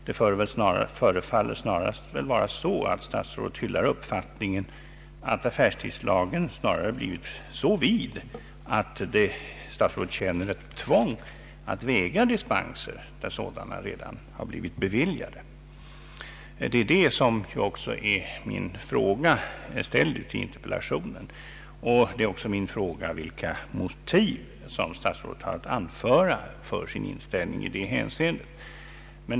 Det förefaller snarast vara så att statsrådet hyllar uppfattningen att affärstidslagen blivit så vid att statsrådet känner ett tvång att vägra dispenser, där sådana redan blivit givna. Det är också det som min interpellation gäller, och jag frågar också vilka motiv statsrådet har att anföra för sin inställning i det avseendet.